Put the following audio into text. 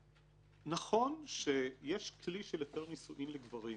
נכון שיש כלי של היתר נישואין לגברים,